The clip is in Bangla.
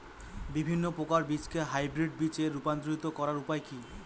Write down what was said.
বিভিন্ন প্রকার বীজকে হাইব্রিড বীজ এ রূপান্তরিত করার উপায় কি?